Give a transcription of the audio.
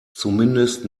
zumindest